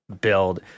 build